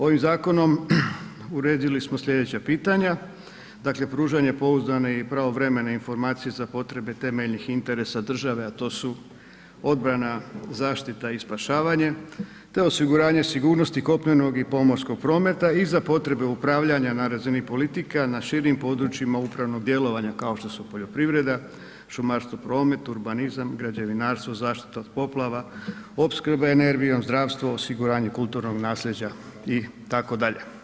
Ovim Zakonom uredili smo sljedeća pitanja, dakle pružanje pouzdane i pravovremene informacije za potrebe temeljnih interesa Države a to su obrana, zaštita i spašavanje, te osiguranje sigurnosti kopnenog i pomorskog prometa i za potrebe upravljanja na razini politika, na širim područjima upravnog djelovanja kao što su poljoprivreda, šumarstvo, promet, urbanizam, građevinarstvo, zaštita od poplava, opskrba, energijom, zdravstvo, osiguranje kulturnog nasljeđa itd.